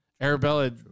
Arabella